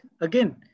again